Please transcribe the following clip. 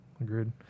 agreed